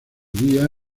día